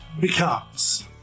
becomes